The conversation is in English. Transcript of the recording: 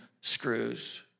screws